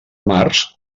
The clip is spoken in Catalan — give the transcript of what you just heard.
març